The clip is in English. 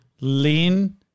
Lean